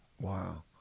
Wow